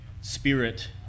spirit